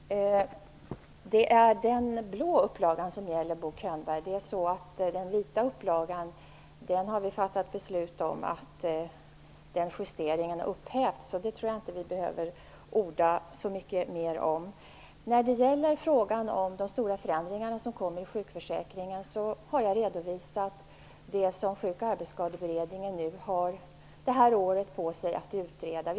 Fru talman! Det är den blå upplagan som gäller, Bo Könberg. Beträffande den vita upplagan har vi fattat beslut om att upphäva justeringen. Det tror jag inte att vi behöver orda så mycket mera om. När det gäller de stora förändringarna som skall genomföras i sjukförsäkringen har jag redovisat vad Sjuk och arbetsskadeberedningen har det här året på sig att utreda.